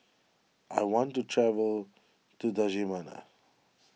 I want to travel to